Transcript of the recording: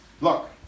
Look